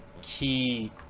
key